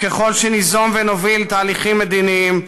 וככל שניזום ונוביל תהליכים מדיניים,